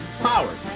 powered